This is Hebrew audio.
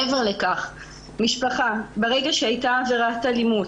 מעבר לכך, ברגע שהייתה עבירת אלימות,